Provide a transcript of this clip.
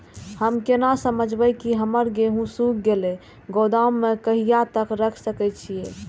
हम केना समझबे की हमर गेहूं सुख गले गोदाम में कहिया तक रख सके छिये?